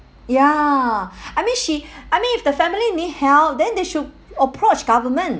ya I mean she I mean if the family need help then they should approach government